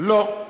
לא,